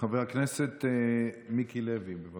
חבר הכנסת מיקי לוי, בבקשה.